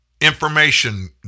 information